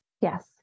yes